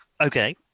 Okay